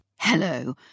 Hello